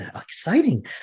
exciting